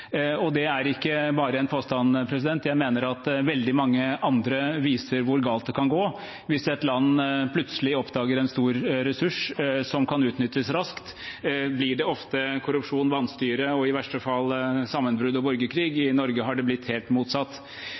Det er ikke bare en påstand, jeg mener at veldig mange andre viser hvor galt det kan gå. Hvis et land plutselig oppdager en stor ressurs som kan utnyttes raskt, blir det ofte korrupsjon, vanstyre og i verste fall sammenbrudd og borgerkrig. I Norge har det blitt helt motsatt.